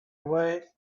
away